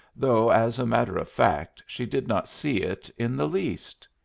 though, as a matter of fact, she did not see it in the least.